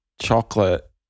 chocolate